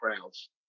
crowds